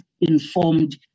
informed